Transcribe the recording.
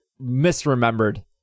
misremembered